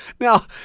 Now